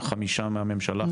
5 מיליון מהממשלה,